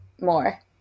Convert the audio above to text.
more